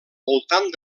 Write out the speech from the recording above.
voltant